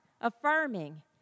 affirming